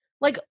like-